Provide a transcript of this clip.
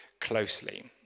closely